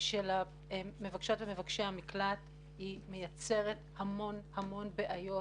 של מבקשי ומבקשות המקלט היא מייצרת המון המון בעיות